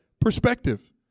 perspective